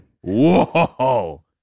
Whoa